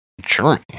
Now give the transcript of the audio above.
Germany